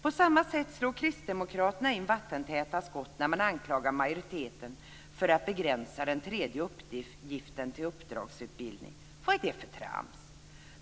På samma sätt slår kd in vattentäta skott när man anklagar majoriteten för att begränsa den tredje uppgiften till uppdragsutbildning. Vad är det för trams?